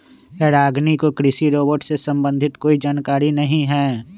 रागिनी को कृषि रोबोट से संबंधित कोई जानकारी नहीं है